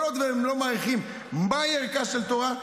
כל עוד הם לא מעריכים ערכה של תורה,